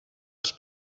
els